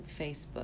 Facebook